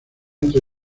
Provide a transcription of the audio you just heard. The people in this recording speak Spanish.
entre